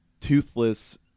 Toothless